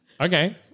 Okay